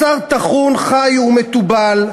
בשר טחון, חי ומתובל,